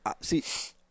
See